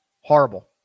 Horrible